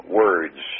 words